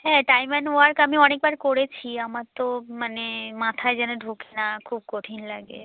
হ্যাঁ time and work আমি অনেকবার করেছি আমার তো মানে মাথায় যেন ঢোকে না খুব কঠিন লাগে